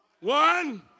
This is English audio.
one